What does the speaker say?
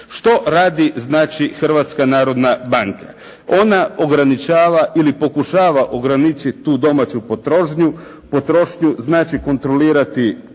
Što radi znači Hrvatska narodna banka? Ona ograničava, ili pokušava ograničiti tu domaću potrošnju, znači kontrolirati